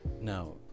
now